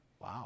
Wow